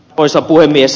arvoisa puhemies